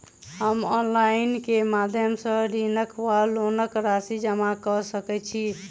हम ऑनलाइन केँ माध्यम सँ ऋणक वा लोनक राशि जमा कऽ सकैत छी?